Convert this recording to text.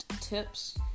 tips